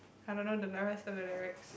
I don't know the rest of the lyrics